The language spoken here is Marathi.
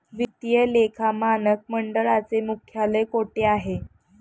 वित्तीय लेखा मानक मंडळाचे मुख्यालय कोठे आहे?